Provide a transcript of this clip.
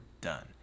done